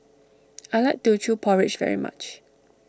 I like Teochew Porridge very much